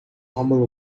humble